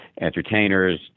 entertainers